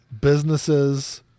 businesses